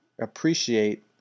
appreciate